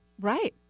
Right